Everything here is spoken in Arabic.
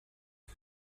هذه